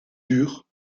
dur